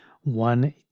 one